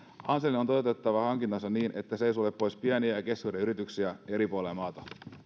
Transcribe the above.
hanselin on toteutettava hankintansa niin että se ei sulje pois pieniä ja keskisuuria yrityksiä eri puolilla maata